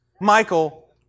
Michael